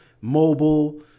mobile